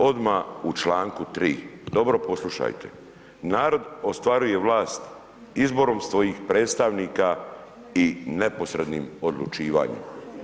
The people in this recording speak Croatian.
Odmah u članku 3., dobro poslušajte, narod ostvaruje vlast izborom svojih predstavnika i neposrednim odlučivanjem.